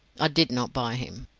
i did not buy him.